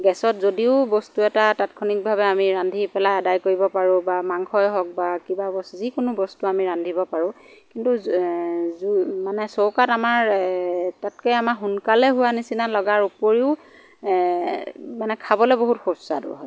গেছত যদিও বস্তু এটা তাৎক্ষণিকভাৱে আমি ৰান্ধি পেলাই আদায় কৰিব পাৰোঁ বা মাংসই হওক বা কিবা বস্তু যিকোনো বস্তু ৰান্ধিব পাৰোঁ কিন্তু এ জুইত মানে চৌকাত আমাৰ তাতকৈ আমাৰ সোনকালে হোৱাৰ নিচিনা লগাৰ উপৰিও এ মানে খাবলৈ বহুত সুস্বাদু হয়